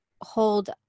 hold